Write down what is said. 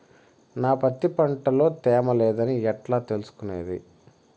నా పత్తి పంట లో తేమ లేదని ఎట్లా తెలుసుకునేది?